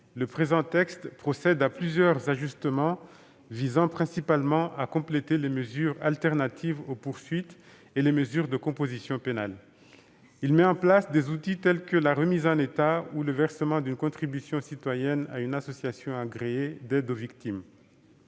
le présent texte procède-t-il à plusieurs ajustements visant principalement à compléter les mesures alternatives aux poursuites et les mesures de composition pénale. Il met en place des outils tels que la remise en état ou le versement d'une contribution citoyenne à une association agréée d'aide aux victimes.